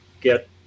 get